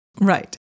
Right